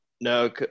No